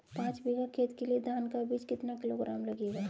पाँच बीघा खेत के लिये धान का बीज कितना किलोग्राम लगेगा?